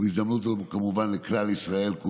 ובהזדמנות הזאת לכלל ישראל.